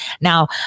Now